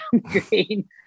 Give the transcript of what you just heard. green